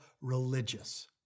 religious